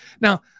Now